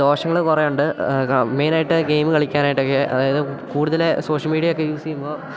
ദോഷങ്ങൾ കുറേ ഉണ്ട് മേയ്ൻ ആയിട്ട് ഗെയിമ് കളിക്കാനായിട്ടൊക്കെ അതായത് കൂടുതൽ സോഷ്യൽ മീഡ്യാ ഒക്കെ യൂസ് ചെയ്യുമ്പോൾ